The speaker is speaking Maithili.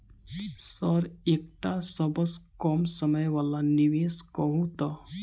सर एकटा सबसँ कम समय वला निवेश कहु तऽ?